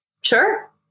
sure